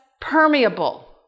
permeable